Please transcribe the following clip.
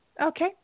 Okay